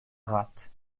ratte